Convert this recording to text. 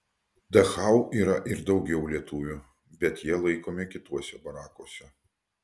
dachau yra ir daugiau lietuvių bet jie laikomi kituose barakuose